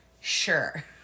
sure